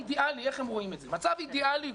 איך הם רואים את המצב האידיאלי.